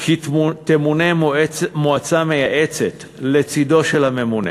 כי תמונה מועצה מייעצת לצדו של הממונה.